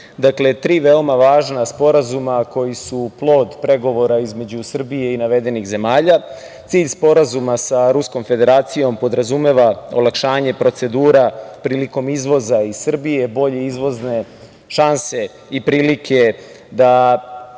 dakle, tri veoma važna sporazuma koji su plod pregovora između Srbije i navedenih zemalja. Cilj sporazuma sa Ruskom Federacijom podrazumeva olakšanje procedura prilikom izvoza iz Srbije, bolje izvozne šanse i prilike da